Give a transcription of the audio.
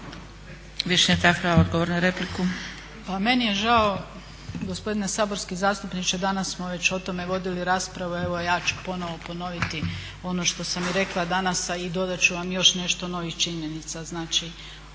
Višnja Tafra, odgovor na repliku.